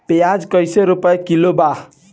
प्याज कइसे रुपया किलो बा?